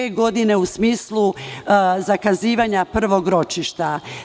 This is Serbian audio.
Dve godine u smislu zakazivanja prvog ročišta.